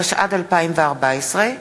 התשע"ד 2014,